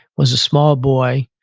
was a small boy,